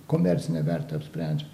komercinę vertę apsprendžia